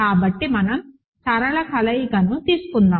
కాబట్టి మనం సరళ కలయికను తీసుకుందాం